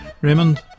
Raymond